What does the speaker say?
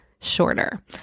shorter